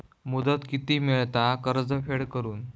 मुदत किती मेळता कर्ज फेड करून?